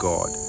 God